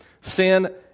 Sin